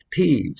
peeves